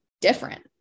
different